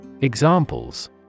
Examples